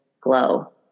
Glow